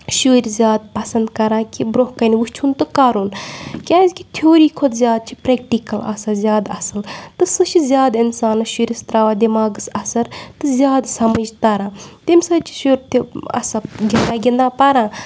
شُرۍ زیادٕ پَسنٛد کَران کہِ بروںٛہہ کَنہِ وٕچھُن تہٕ کَرُن کیٛازِکہِ تھیوٗری کھۄتہٕ زیادٕ چھِ پرٛٮ۪کٹِکَل آسان زیادٕ اَصٕل تہٕ سُہ چھِ زیادٕ اِنسانَس شُرِس ترٛاوان دٮ۪ماغَس اثر تہٕ زیادٕ سَمٕجھ تران تمہِ سۭتۍ چھِ شُر تہِ اَصٕل گِنٛدان گِنٛدان پَران